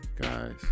guys